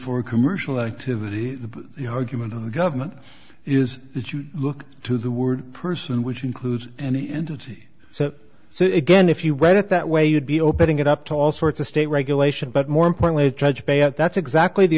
for commercial activity the argument of the government is that you look to the word person which includes any entity so so again if you read it that way you'd be opening it up to all sorts of state regulation but more importantly it judged that's exactly the